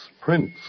Prince